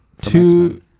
Two